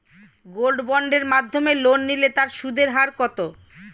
Gold বন্ডের মাধ্যমে loan নিলে তার সুদের হার কত?